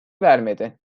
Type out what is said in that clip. vermedi